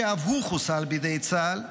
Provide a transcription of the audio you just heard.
שאף הוא חוסל בידי צה"ל,